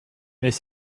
mes